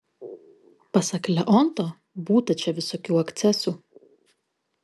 pasak leonto būta čia visokių akcesų